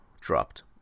dropped